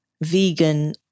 vegan